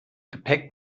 gepäck